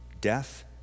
Death